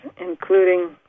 including